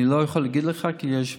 אני לא יכול להגיד לך איפה,